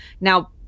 Now